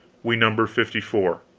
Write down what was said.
we number fifty four.